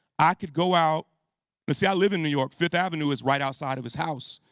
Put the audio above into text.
i could go out but see, i live in new york, fifth avenue is right outside of his house.